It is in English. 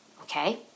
Okay